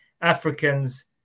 africans